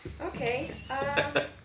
Okay